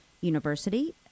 university